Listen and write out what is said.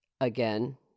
again